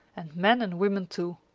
and men and women too.